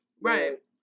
Right